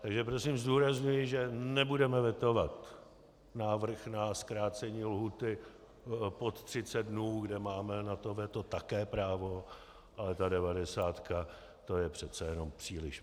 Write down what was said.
Takže prosím zdůrazňuji, že nebudeme vetovat návrh na zkrácení lhůty pod 30 dnů, kde máme na to veto také právo, ale ta devadesátka, to je přece jenom příliš mnoho.